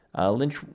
Lynch